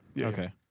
Okay